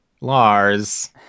Lars